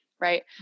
right